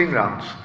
rounds